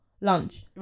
lunch